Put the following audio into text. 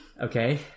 Okay